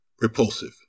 repulsive